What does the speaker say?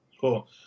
Cool